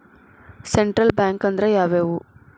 Central bank ಅಂದ್ರ ಯಾವ್ಯಾವು?